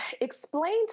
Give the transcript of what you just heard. explain